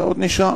אתה עוד נשאר.